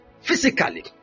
physically